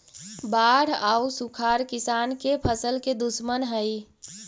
बाढ़ आउ सुखाड़ किसान के फसल के दुश्मन हइ